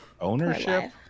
ownership